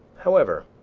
however,